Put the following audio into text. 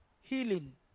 healing